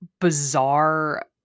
bizarre